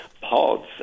pods